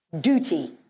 Duty